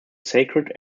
sacred